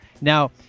Now